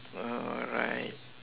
alright